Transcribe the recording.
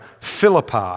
Philippi